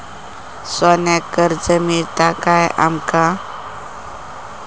सोन्याक कर्ज मिळात काय आमका?